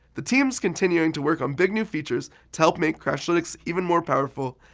the team's continuing to work on big new features to help make crashlytics even more powerful.